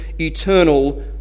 eternal